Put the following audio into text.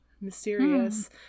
mysterious